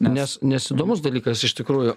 nes nes įdomus dalykas iš tikrųjų